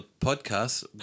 podcast